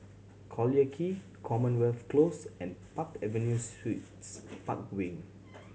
Collyer Quay Commonwealth Close and Park Avenue Suites Park Wing